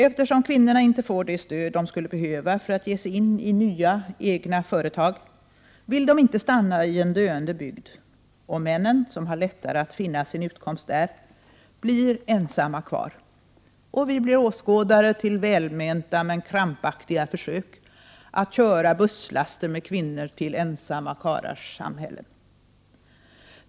Eftersom kvinnorna inte får det stöd de skulle behöva för att ge sig in i nya, egna företag, vill de inte stanna i en döende bygd — och männen, som har lättare att finna sin utkomst där, blir ensamma kvar. Vi blir åskådare till välmenta men krampaktiga försök att köra busslaster med kvinnor till ”ensamma karlars samhällen”.